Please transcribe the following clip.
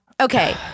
Okay